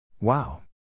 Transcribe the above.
Wow